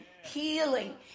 healing